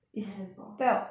I hear before